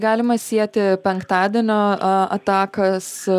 galima sieti penktadienio a ataką su